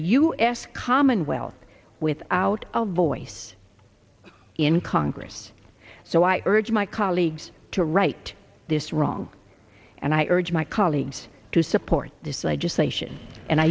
u s commonwealth without a voice in congress so i urge my colleagues to right this wrong and i urge my colleagues to support this legislation and